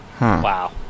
Wow